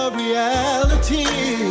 reality